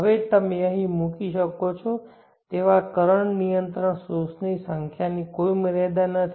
હવે તમે અહીં મૂકી શકો છો તેવા કરંટ નિયંત્રણ સોર્સ ની સંખ્યાની કોઈ મર્યાદા નથી